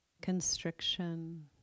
constriction